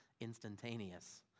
instantaneous